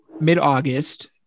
mid-August